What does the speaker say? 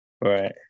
Right